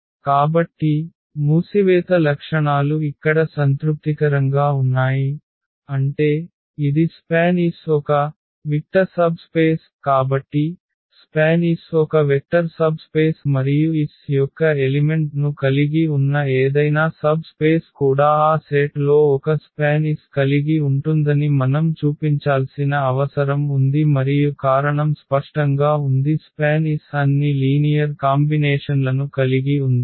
కాబట్టి మూసివేత లక్షణాలు ఇక్కడ సంతృప్తికరంగా ఉన్నాయి అంటే ఇది SPAN S ఒక వెక్టర్ ఉప స్థలం కాబట్టి SPAN S ఒక వెక్టర్ సబ్ స్పేస్ మరియు S యొక్క ఎలిమెంట్ ను కలిగి ఉన్న ఏదైనా సబ్ స్పేస్ కూడా ఆ సెట్ లో ఒక SPAN S కలిగి ఉంటుందని మనం చూపించాల్సిన అవసరం ఉంది మరియు కారణం స్పష్టంగా ఉంది SPAN S అన్ని లీనియర్ కాంబినేషన్ల ను కలిగి ఉంది